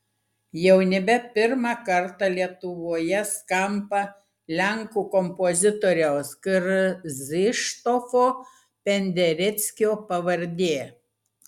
jau nebe pirmą kartą lietuvoje skamba lenkų kompozitoriaus krzyštofo pendereckio pavardė